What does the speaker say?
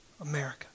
America